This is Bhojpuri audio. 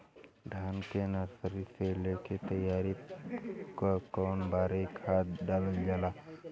धान के नर्सरी से लेके तैयारी तक कौ बार खाद दहल जाला?